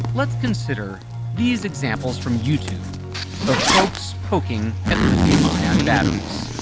let's consider these examples from youtube of folks poking at lithium-ion batteries.